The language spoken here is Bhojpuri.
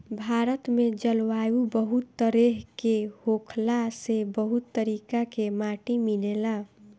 भारत में जलवायु बहुत तरेह के होखला से बहुत तरीका के माटी मिलेला